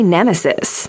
Nemesis